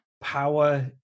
power